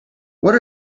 what